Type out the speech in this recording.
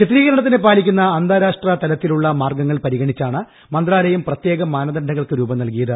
ചിത്രീകരണത്തിന് പാലിക്കുന്ന അന്താരാഷ്ട്ര തലത്തിലുള്ള മാർഗങ്ങൾ പരിഗണിച്ചാണ് മന്ത്രാലയം പ്രത്യേക മാനദണ്ഡങ്ങൾക്ക് രൂപം നൽകിയത്